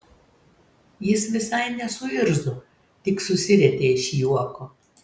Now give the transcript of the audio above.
jis visai nesuirzo tik susirietė iš juoko